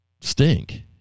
stink